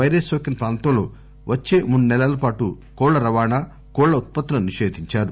virus నోకిన ప్రాంతంలో వచ్చే మూడు సెలల పాటు కోళ్ళ రవాణా కోళ్ళ ఉత్పత్తులను నిషేధించారు